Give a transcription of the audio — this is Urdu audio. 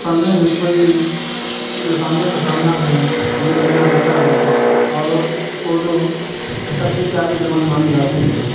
پڑھنے میں کوئی پریشانیوں کا سامنا بھی نہیں کرنا پڑتا ہیں اور اردو سب سے پیاری زبان مانی جاتی ہیں